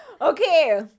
okay